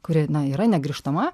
kuri na yra negrįžtama